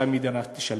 והמדינה תשלם.